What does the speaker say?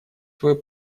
свой